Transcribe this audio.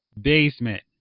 basement